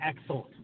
excellent